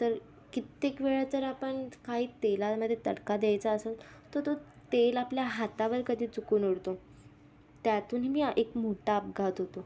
तर कित्येक वेळा तर आपण काही तेलामध्ये तडका द्यायचा असेल तर तो तेल आपल्या हातावर कधी चुकून उडतो त्यातूनही मी एक मोठा अपघात होतो